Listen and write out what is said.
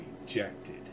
rejected